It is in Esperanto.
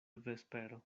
vespero